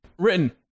Written